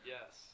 Yes